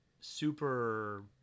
super